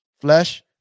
Flesh